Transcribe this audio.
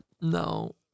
No